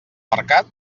mercat